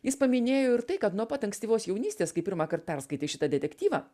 jis paminėjo ir tai kad nuo pat ankstyvos jaunystės kai pirmąkart perskaitė šitą detektyvą